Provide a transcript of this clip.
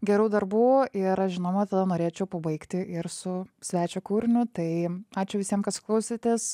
gerų darbų ir aš žinoma tada norėčiau pabaigti ir su svečio kūriniu tai ačiū visiem kas klausėtės